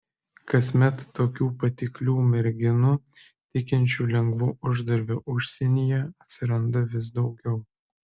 kasmet tokių patiklių merginų tikinčių lengvu uždarbiu užsienyje atsiranda vis daugiau